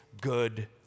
good